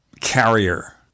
carrier